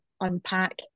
unpack